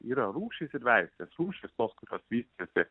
yra rūšys ir veislės rūšys tos kurios vystėsi